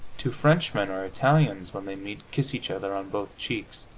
two frenchmen or italians, when they meet, kiss each other on both cheeks.